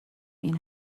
این